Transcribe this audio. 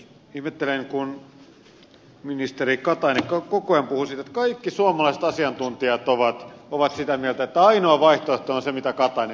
ihmettelen kun ministeri katainen koko ajan puhuu siitä että kaikki suomalaiset asiantuntijat ovat sitä mieltä että ainoa vaihtoehto on se mitä katainen esittää